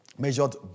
measured